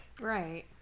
right